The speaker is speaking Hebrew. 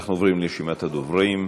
אנחנו עוברים לרשימת הדוברים.